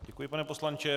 Děkuji, pane poslanče.